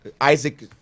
Isaac